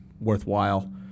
worthwhile